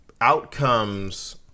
outcomes